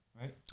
right